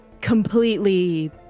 completely